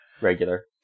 Regular